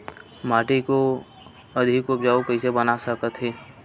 माटी को अधिक उपजाऊ कइसे बना सकत हे?